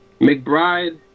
McBride